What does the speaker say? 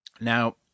Now